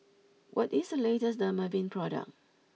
what is the latest Dermaveen product